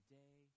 day